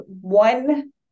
one